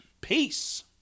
Peace